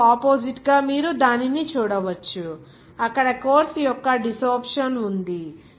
మరియు ఆపోజిట్ గా మీరు దానిని చూడవచ్చు అక్కడ కోర్సు యొక్క డిసోర్ప్షన్ ఉంది